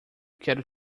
quero